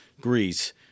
Greece